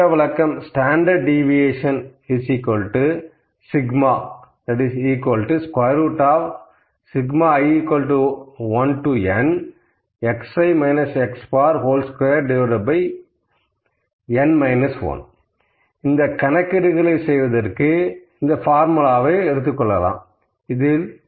திட்ட விலக்கம் Standard deviation σ i 1n2n 1 இந்த கணக்கீடுகளை செய்வதற்கு இந்த பார்முலாவை எடுக்கப் போகிறேன்